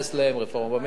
רפורמות במינהל,